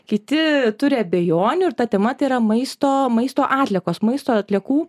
kiti turi abejonių ir ta tema tėra maisto maisto atliekos maisto atliekų